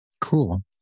Cool